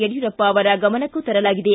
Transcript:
ಯಡಿಯೂರಪ್ಪ ಅವರ ಗಮನಕ್ಕೂ ತರಲಾಗಿದೆ